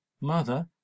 mother